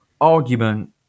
argument